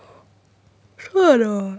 sure or not